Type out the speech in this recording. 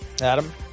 adam